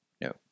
no